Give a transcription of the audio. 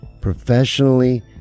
professionally